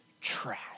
trash